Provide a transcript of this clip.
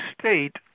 State